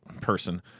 person